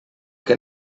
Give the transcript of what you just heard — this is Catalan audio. que